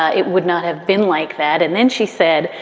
ah it would not have been like that. and then she said,